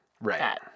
right